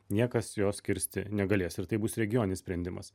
niekas jos kirsti negalės ir tai bus regioninis sprendimas